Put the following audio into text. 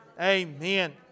amen